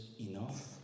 enough